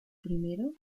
primero